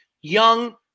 young